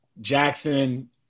Jackson